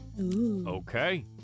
Okay